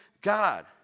God